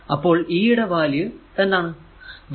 അപ്പോൾ e യുടെ value 1